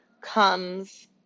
comes